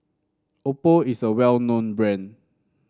Oppo is a well known brand